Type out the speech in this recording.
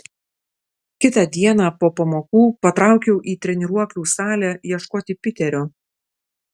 kitą dieną po pamokų patraukiau į treniruoklių salę ieškoti piterio